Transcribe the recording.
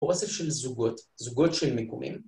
אוסף של זוגות, זוגות של מיקומים.